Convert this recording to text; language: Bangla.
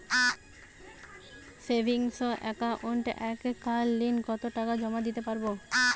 সেভিংস একাউন্টে এক কালিন কতটাকা জমা দিতে পারব?